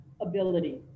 ability